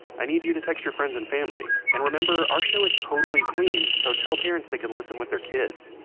i need you to text your friends and family. and remember, our show is totally clean. so tell parents they can listen with their kids.